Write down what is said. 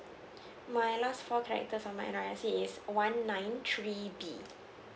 my last four character from my N_R_I_C is one nine three D